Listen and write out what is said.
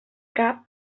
cap